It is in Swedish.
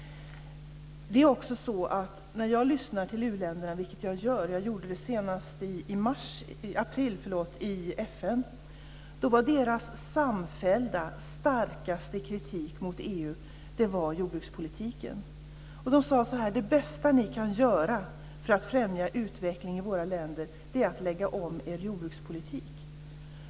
Jag lyssnar till u-länderna, och jag gjorde det senast i april i FN. Deras samfällda starkaste kritik riktades då mot EU:s jordbrukspolitik. De sade: Det bästa ni kan göra för att främja utveckling i våra länder är att lägga om er jordbrukspolitik.